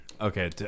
Okay